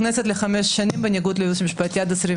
דבר שלא היה בכנסת,